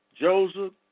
Joseph